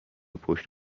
پشت